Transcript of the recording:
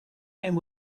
and